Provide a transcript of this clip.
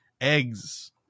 Eggs